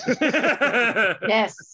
Yes